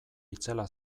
itzela